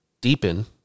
deepen